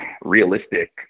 realistic